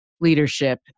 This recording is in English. leadership